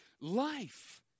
life